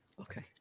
Okay